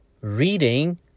reading